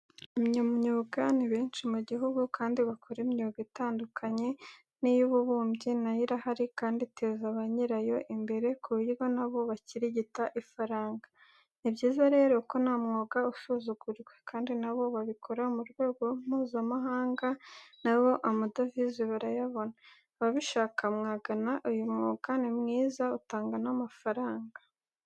Abanyamyuga ni benshi mu gihugu kandi bakora imyuga itandukanye n'iy'ububumbyi na yo irahari kandi iteza ba nyirayo imbere, ku buryo na bo bakirigita ifaranga. Ni byiza rero ko ntamwuga usuzugurwa, kandi na bo babikora ku rwego Mpuzamahanga na bo amadovize barayabona. Ababishaka mwagana uyu mwuga ni mwiza utanga n'amafaranga.